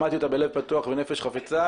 שמעתי אותה בלב פתוח ונפש חפצה.